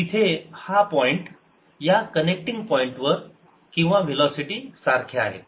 तिथे हा पॉईंट या कनेक्टिंग पॉईंटवर किंवा वेलोसिटी सारख्या आहेत